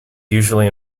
usually